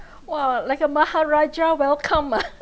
!wah! like a maharajah welcome ah